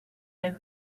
over